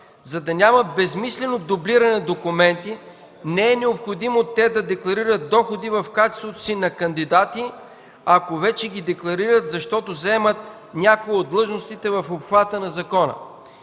За да няма безсмислено дублиране на документи не е необходимо те да декларират доходи в качеството си на кандидати, ако вече ги декларират, защото заемат някоя от длъжностите в обхвата на закона.